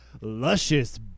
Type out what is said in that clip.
Luscious